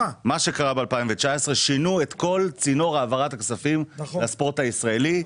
זה ששינו את כל צינור העברת הכספים לספורט הישראלי,